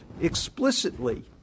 explicitly